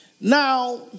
Now